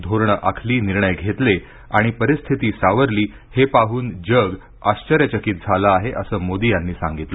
धोरणं आखली निर्णय घेतले आणि परिस्थिती सावरली हे पाहून जग आश्चर्यचकित झालं आहे असं मोदी यांनी सांगितलं